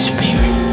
Spirit